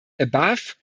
above